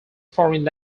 foreign